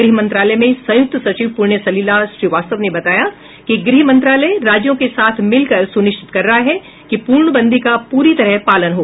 गृह मंत्रालय में संयुक्त सचिव पुण्य सलिला श्रीवास्तव ने बताया कि गृह मंत्रालय राज्यों के साथ मिलकर सुनिश्चित कर रहा है कि पूर्णबंदी का पूरी तरह पालन हो